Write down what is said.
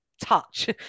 touch